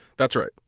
that's right.